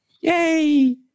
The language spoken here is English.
Yay